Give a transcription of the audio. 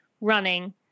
running